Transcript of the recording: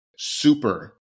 super